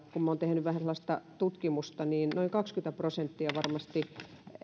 kun minä olen tehnyt vähän sellaista tutkimusta niin arvio on että varmasti noin kaksikymmentä prosenttia